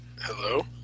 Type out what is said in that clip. Hello